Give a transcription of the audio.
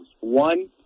One